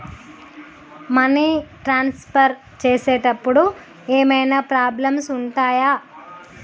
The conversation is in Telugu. మనీ ట్రాన్స్ఫర్ చేసేటప్పుడు ఏమైనా ప్రాబ్లమ్స్ ఉంటయా?